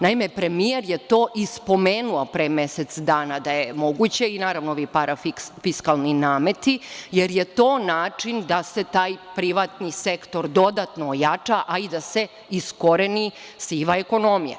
Naime, premijer je to i spomenuo pre mesec dana da je moguće, i naravno ovi parafiskalni nameti, jer je to način da se taj privatni sektor dodatno ojača, a i da se iskoreni siva ekonomija.